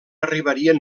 arribarien